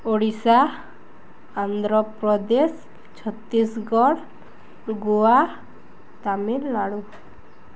Odisha Andhra Pradesh Chhattisgarh Goa Tamil Nadu